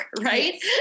Right